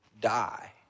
die